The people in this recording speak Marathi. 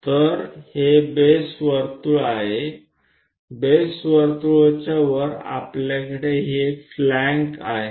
तर हे बेस वर्तुळ आहे बेस वर्तुळाच्या वर आपल्याकडे हे फ्लॅंक्स आहेत